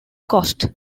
cost